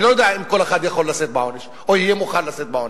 אני לא יודע אם כל אחד יכול לשאת בעונש או יהיה מוכן לשאת בעונש,